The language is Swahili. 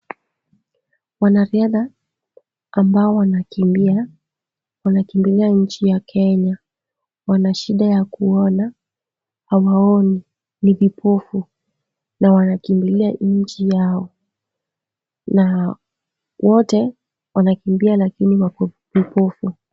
Wanariadha ambao wanakimbia, wanakimbilia nchi ya Kenya. Wana shida ya kuona, hawaoni, ni vipofu na wanakimbilia nchi yao na wote, wanakimbia lakini wako vipofu.